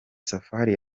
safari